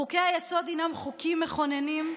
חוקי-היסוד הינם חוקים מכוננים,